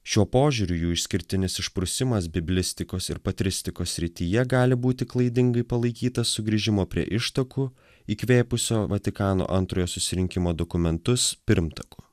šiuo požiūriu jų išskirtinis išprusimas biblistikos ir patristikos srityje gali būti klaidingai palaikytas sugrįžimo prie ištakų įkvėpusio vatikano antrojo susirinkimo dokumentus pirmtakų